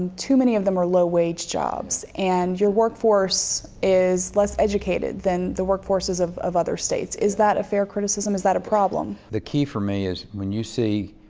too many of them are low wage jobs, and your workforce is less educated than the workforces of of other states. is that a fair criticism? is that a problem? the key for me is when you see